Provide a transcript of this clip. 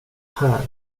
här